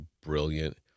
brilliant